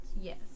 Yes